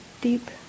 deep